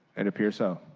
it appears so.